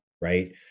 right